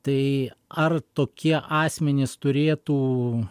tai ar tokie asmenys turėtų